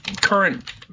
current